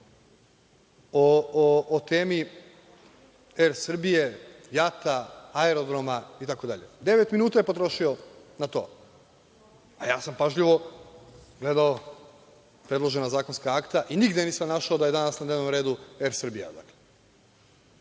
o temi „Er Srbije“, „JAT“, Aerodroma itd, devet minuta je potrošio na to. Ja sam pažljivo gledao predložena zakonska akta i nigde nisam našao da je danas na dnevnom redu „Er Srbija“.„Er